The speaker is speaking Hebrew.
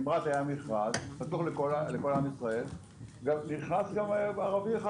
ב- -- היה מכרז פתוח לכל עם ישראל נכנס גם ערבי אחד,